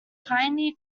pioneer